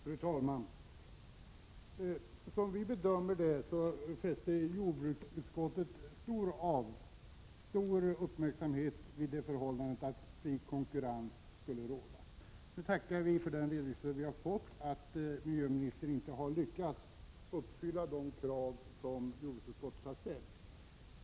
Fru talman! Som vi bedömer det fäster jordbruksutskottet stor uppmärksamhet vid det förhållandet att fri konkurrens skall råda. Nu tackar vi för den redovisning som vi har fått, men miljöoch energiministern har alltså inte lyckats uppfylla de krav som jordbruksutskottet har ställt.